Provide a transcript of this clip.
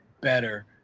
better